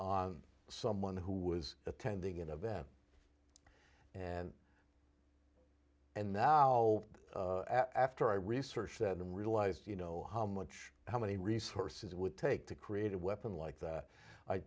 on someone who was attending an event and and now after i researched that and realized you know how much how many resources it would take to create a weapon like that i